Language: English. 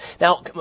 Now